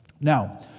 Now